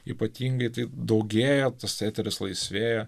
ypatingai tai daugėja tas eteris laisvėja